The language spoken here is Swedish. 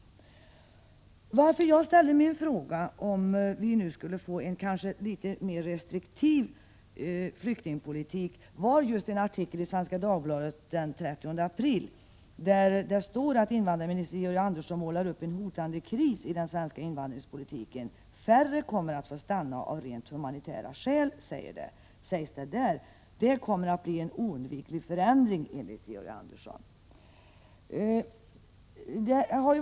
En artikel i Svenska Dagbladet den 30 april var anledningen till att jag ställde min fråga om vi nu skulle få en litet mer restriktiv flyktingpolitik. I Svenska Dagbladet står det att invandrarministern målar upp en hotande kris i den svenska invandringspolitiken. Färre flyktingar kommer att få stanna av rent humanitära skäl, står det. Det kommer att bli en oundviklig förändring, enligt Georg Andersson.